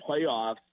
playoffs